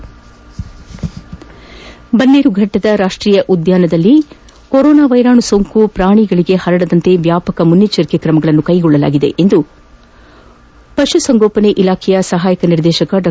ಬೆಂಗಳೂರು ಬನ್ನೇರುಘಟ್ಟದ ರಾಷ್ಟೀಯ ಉದ್ಯಾನದಲ್ಲಿ ಕೊರೊನಾ ಸೋಂಕು ಪ್ರಾಣಿಗಳಿಗೆ ಪರಡದಂತೆ ವ್ಯಾಪಕ ಮುನ್ನೆಚ್ಚರಿಕೆ ತ್ರಮಗಳನ್ನು ಕ್ಲೆಗೊಳ್ಳಲಾಗಿದೆ ಎಂದು ಪಶುಸಂಗೋಪನಾ ಇಲಾಬೆಯ ಸಹಾಯಕ ನಿರ್ದೇಶಕ ಡಾ